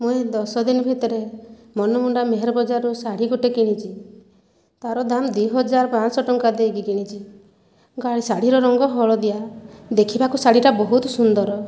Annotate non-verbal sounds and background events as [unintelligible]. ମୁଁ ଏହି ଦଶ ଦିନ ଭିତରେ ମନମୁଣ୍ଡା ମେହେର ବଜାରରୁ ଶାଢ଼ୀ ଗୋଟିଏ କିଣିଛି ତା'ର ଦାମ୍ ଦୁଇ ହଜାର ପାଞ୍ଚଶହ ଟଙ୍କା ଦେଇକି କିଣିଛି [unintelligible] ଶାଢ଼ୀର ରଙ୍ଗ ହଳଦିଆ ଦେଖିବାକୁ ଶାଢ଼ୀଟା ବହୁତ ସୁନ୍ଦର